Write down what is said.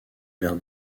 vers